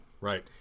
right